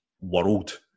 world